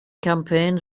campaigns